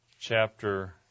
chapter